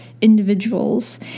individuals